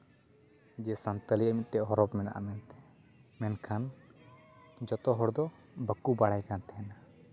ᱡᱮ ᱥᱟᱱᱛᱟᱞᱤ ᱦᱚᱸ ᱢᱤᱫᱴᱟᱱ ᱦᱚᱨᱚᱯᱷ ᱢᱮᱱᱟᱜᱼᱟ ᱢᱮᱱᱛᱮ ᱢᱮᱱᱠᱷᱟᱱ ᱡᱚᱛᱚᱦᱚᱲ ᱫᱚ ᱵᱟᱠᱚ ᱵᱟᱲᱟᱭ ᱠᱟᱱ ᱛᱟᱦᱮᱱᱟ